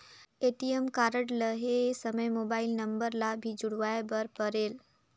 ATM card लहे समय mobile number ला भी जुड़वाए बर परेल?